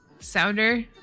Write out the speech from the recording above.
sounder